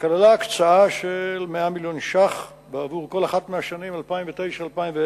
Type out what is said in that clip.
שכללה הקצאה של 100 מיליון שקלים בעבור כל אחת מהשנים 2009 ו-2010.